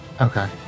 Okay